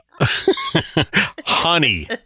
honey